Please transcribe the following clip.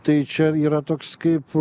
tai čia yra toks kaip